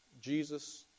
Jesus